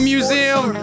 Museum